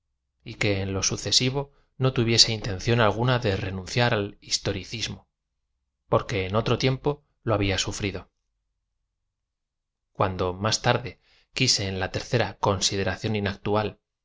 y que en lo sucesivo no tuviese in tención alguna de renuuciar al historlcísm o porque en otro tiempo lo habla sufrido cuando más tarde quise en a tercera consideración